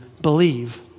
believe